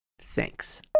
Thanks